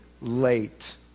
late